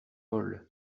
paul